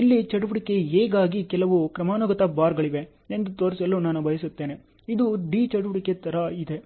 ಇಲ್ಲಿ ಚಟುವಟಿಕೆ A ಗಾಗಿ ಕೆಲವು ಕ್ರಮಾನುಗತ ಬಾರ್ಗಳಿವೆ ಎಂದು ತೋರಿಸಲು ನಾನು ಬಯಸುತ್ತೇನೆ ಇದು D ಚಟುವಟಿಕೆ ತರ ಇದೆ